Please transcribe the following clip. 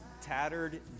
tattered